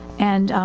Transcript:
and, um,